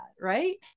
right